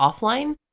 offline